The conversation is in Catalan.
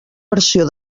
versió